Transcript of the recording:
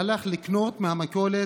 שהלך לקנות מהמכולת,